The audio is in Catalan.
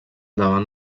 davant